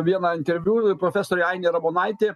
vieną interviu ir profesorė ainė ramonaitė